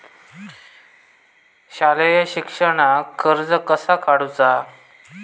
शालेय शिक्षणाक कर्ज कसा काढूचा?